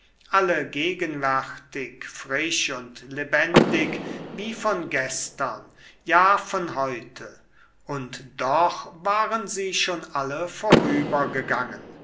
alle gegenwärtig frisch und lebendig wie von gestern ja von heute und doch waren sie schon alle vorübergegangen